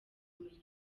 ubumenyi